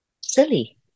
silly